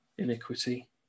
Iniquity